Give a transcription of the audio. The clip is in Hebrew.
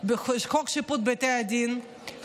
חוק שיפוט בתי הדין,